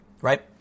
right